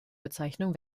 bezeichnung